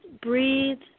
breathe